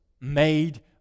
made